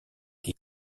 les